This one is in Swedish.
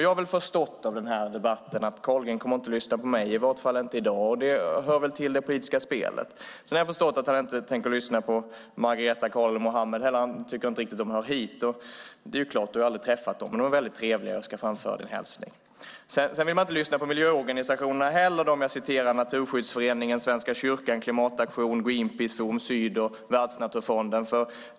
Jag har förstått av den här debatten att Carlgren inte kommer att lyssna på mig, i vart fall inte i dag. Det hör till det politiska spelet. Jag har också förstått att han inte heller tänker lyssna på Margareta, Karl och Mohammed. Han tycker inte riktigt att de hör hit, och han har inte träffat dem. Men de är väldigt trevliga, och jag ska framföra din hälsning. Han vill inte heller lyssna på miljöorganisationerna som jag citerade, Naturskyddsföreningen, Svenska Kyrkan, Klimataktion, Greenpeace, Forum Syd och Världsnaturfonden.